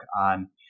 on